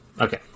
Okay